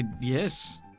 Yes